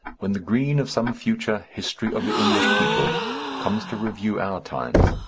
when the green of some future history of the english people comes to review our times,